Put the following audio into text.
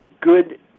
good